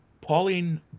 Pauline